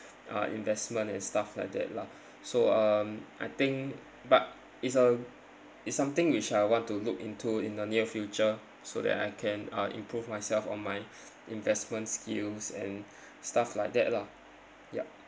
uh investment and stuff like that lah so um I think but it's a it's something which I want to look into in the near future so that I can uh improve myself on my investment skills and stuff like that lah yup